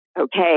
okay